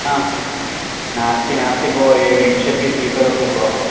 ह नास्ति नास्ति भो एवं विंशतिः स्वीकरोतु भोः